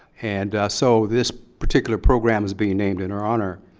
and so this particular program is being named in her honor.